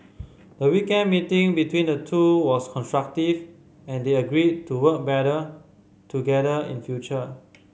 the weekend meeting between the two was constructive and they agreed to work better together in future